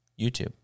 YouTube